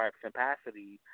capacity